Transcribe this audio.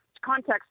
context